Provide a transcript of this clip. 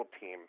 team